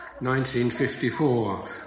1954